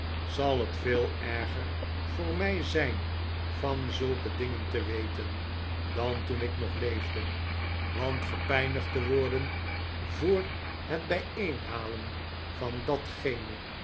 zal het veel erger voor mij zijn van zulke dingen te weten dan toen ik nog leefde want gepijnigd te worden voor het bijeenhalen van datgene